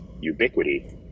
ubiquity